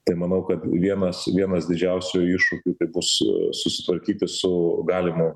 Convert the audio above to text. tai manau kad vienas vienas didžiausių iššūkiųtai bus susitvarkyti su galimu